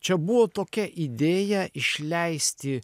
čia buvo tokia idėja išleisti